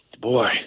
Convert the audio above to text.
boy